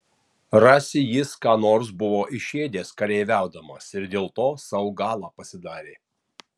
rasi jis ką nors buvo išėdęs kareiviaudamas ir dėl to sau galą pasidarė